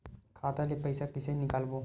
खाता ले पईसा कइसे निकालबो?